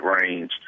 range